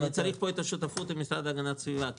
אני צריך פה את השותפות עם המשרד להגנת הסביבה כי